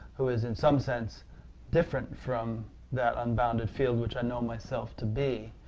who is in some sense different from that unbounded field, which i know myself to be.